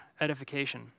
edification